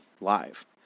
Live